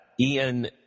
Ian